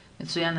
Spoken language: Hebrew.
מצוין.